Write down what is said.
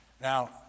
Now